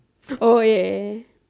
oh ya